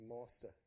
master